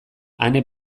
ane